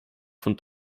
von